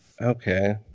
Okay